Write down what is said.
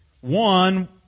One